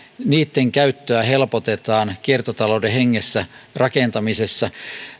käyttöä rakentamisessa helpotetaan kiertotalouden hengessä